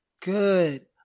Good